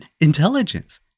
intelligence